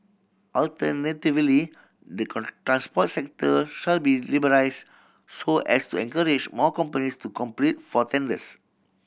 alternatively the transport sector shall be liberalise so as to encourage more companies to compete for tenders